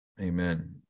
Amen